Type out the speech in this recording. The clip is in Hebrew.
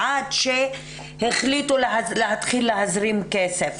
עד שהחליטו להתחיל להזרים כסף.